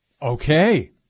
Okay